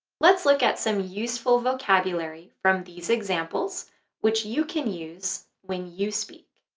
let's look at some useful vocabulary from these examples which you can use when you speak.